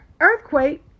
Earthquake